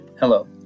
Hello